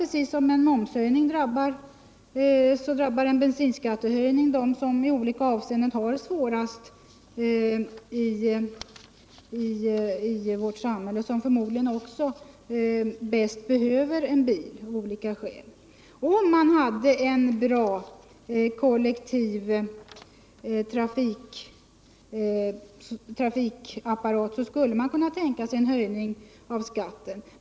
Precis som när det gäller en momshöjning drabbar en bensinskattehöjning dem som i olika avseenden har det svårast i vårt samhälle och som förmodligen bäst behöver en bil av olika skäl. Om vi emellertid hade en bra kollektiv trafikapparat, då skulle man kunna tänka sig en höjning av skatten.